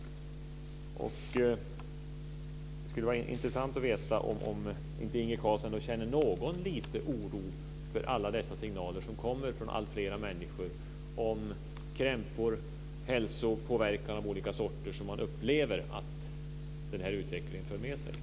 Det skulle vara intressant att veta om Inge Carlsson inte känner någon liten oro för alla dessa signaler som kommer från alltfler människor om krämpor och hälsopåverkan av olika sorter som de upplever att utvecklingen för med sig.